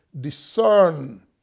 discern